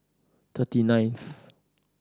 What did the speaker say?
thirty ninth